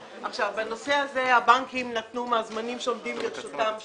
בנושא הזה הבנקים נתנו מהזמנים שעומדים לרשותם שבועיים.